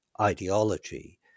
ideology